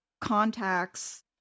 contacts